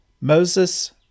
Moses